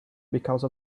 because